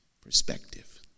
perspective